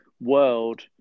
world